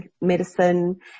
medicine